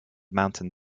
mountain